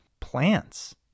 plants